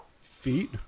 feet